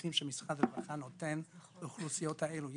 שירותים שמשרד הרווחה נותן לאוכלוסיות האלה.